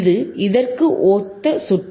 இது இதற்கு ஒத்த சுற்று